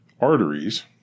arteries